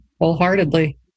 wholeheartedly